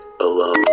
alone